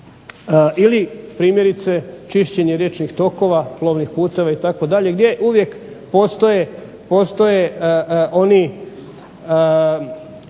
Ili primjerice čišćenje riječnih tokova, plovnih puteva itd., gdje uvijek postoje oni